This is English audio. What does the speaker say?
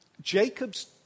Jacob's